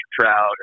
trout